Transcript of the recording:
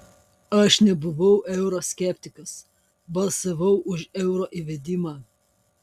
aš nebuvau euro skeptikas balsavau už euro įvedimą